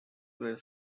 were